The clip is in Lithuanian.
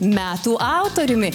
metų autoriumi